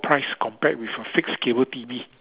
price compared with a fixed cable T_V